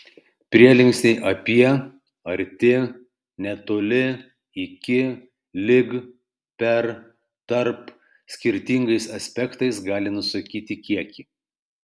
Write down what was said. prielinksniai apie arti netoli iki lig per tarp skirtingais aspektais gali nusakyti kiekį